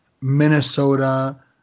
Minnesota